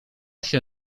się